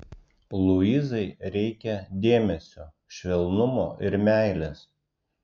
luizai reikia dėmesio švelnumo ir meilės